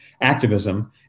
activism